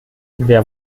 wer